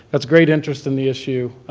that's great interest in the issue,